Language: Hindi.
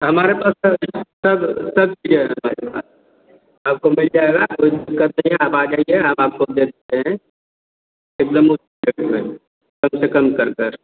हमारे पास सब सब आपको मिल जाएगा कोई दिक्कत नहीं है आप आ जाइए हम आपको दे देते हैं एकदम रेट में कम से कम कर दर